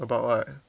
about what